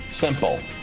Simple